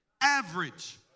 average